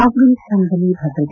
ಅಫ್ರಾನಿಸ್ತಾನದಲ್ಲಿ ಭದ್ರತೆ